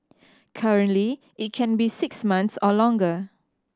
currently it can be six months or longer